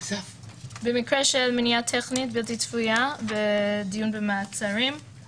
במקרה של מניעה טכנית בלתי צפויה בדיון במעצרים,